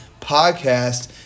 Podcast